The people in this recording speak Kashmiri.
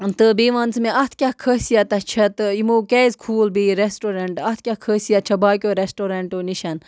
تہٕ بیٚیہِ وَن ژٕ مےٚ اَتھ کیٛاہ خٲصیتاہ چھےٚ تہٕ یِمو کیٛازِ کھوٗل بیٚیہِ رٮ۪سٹورَنٛٹہٕ اَتھ کیٛاہ خٲصیت چھےٚ باقیو رٮ۪سٹورَنٛٹو نِشَن